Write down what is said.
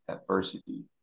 adversity